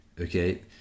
Okay